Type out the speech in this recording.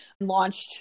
launched